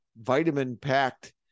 vitamin-packed